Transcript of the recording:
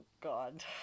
God